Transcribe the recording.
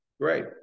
great